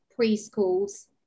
preschools